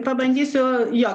pabandysiu jo